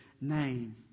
name